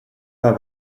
pas